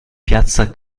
piazza